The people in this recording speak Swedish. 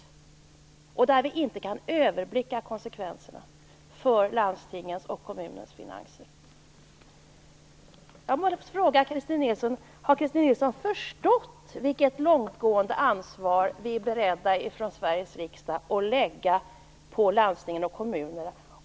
Konsekvenserna kan inte heller överblickas när det gäller landstingens och kommunernas finanser. Jag vill fråga Christin Nilsson: Har Christin Nilsson förstått vilket långtgående ansvar som vi i Sveriges riksdag är beredda att lägga på landstingen och kommunerna?